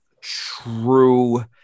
true